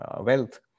wealth